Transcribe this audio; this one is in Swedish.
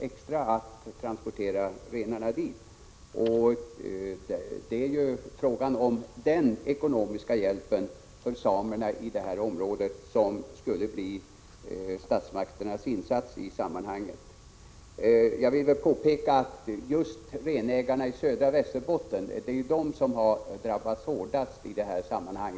extra att transportera renarna till dessa områden, och det är denna ekonomiska hjälp till samerna i den berörda regionen som skulle bli statsmakternas insats i sammanhanget. Jag vill påpeka att det är just renägarna i södra Västerbotten som har den svåraste situationen i detta sammanhang.